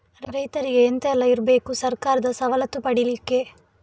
ರೈತರಿಗೆ ಎಂತ ಎಲ್ಲ ಇರ್ಬೇಕು ಸರ್ಕಾರದ ಸವಲತ್ತು ಪಡೆಯಲಿಕ್ಕೆ?